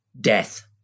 death